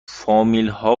فامیلها